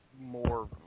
more